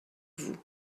vous